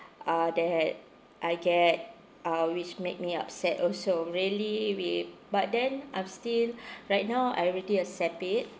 uh that had I get uh which make me upset also really we but then I'm still right now I already accept it